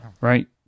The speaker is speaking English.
Right